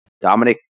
dominic